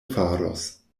faros